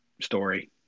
story